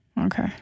Okay